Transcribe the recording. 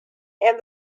and